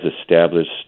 established